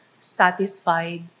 satisfied